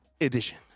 Edition